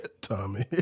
Tommy